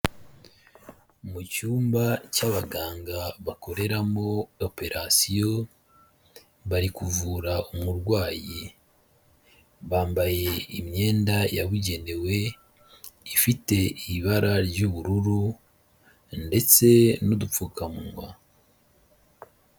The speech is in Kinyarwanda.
Mu cyumba cy'abaganga bakoreramo operasiyo, bari kuvura umurwayi, bambaye imyenda yabugenewe, ifite ibara ry'ubururu ndetse n'udupfukamunwa.